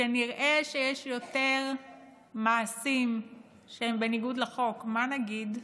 כשנראה שיש יותר מעשים שהם בניגוד לחוק, מה נגיד?